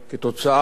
כתוצאה מכך,